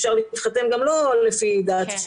אפשר להתחתן גם לא לפי דת,